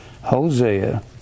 Hosea